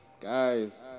guys